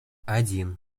один